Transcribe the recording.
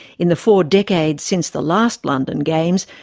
in the four decades since the last london games,